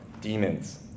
demons